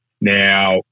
Now